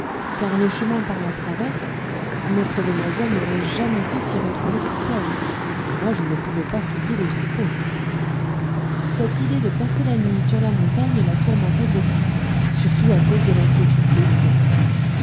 car le chemin par la traverse notre demoiselle n'aurait jamais su s'y retrouver toute seule et moi je ne pouvais pas quitter le troupeau cette idée de passer la nuit sur la montagne la tourmentait beaucoup surtout à cause de l'inquiétude des siens